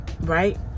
right